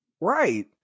Right